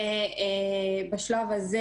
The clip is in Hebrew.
בשלב הזה